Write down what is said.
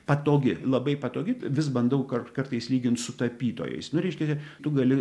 patogi labai patogi vis bandau kar kartais lygint su tapytojais nu reiškia tu gali